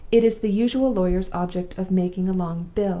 it is the usual lawyer's object of making a long bill.